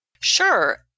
Sure